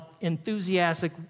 enthusiastic